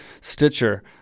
Stitcher